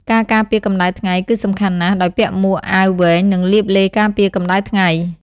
ការការពារកម្ដៅថ្ងៃ គឺសំខាន់ណាស់ ដោយពាក់មួក អាវវែង និងលាបឡេការពារកម្ដៅថ្ងៃ។